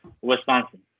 Wisconsin